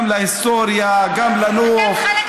גם להיסטוריה,